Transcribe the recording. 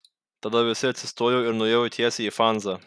tada visi atsistojo ir nuėjo tiesiai į fanzą